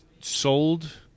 sold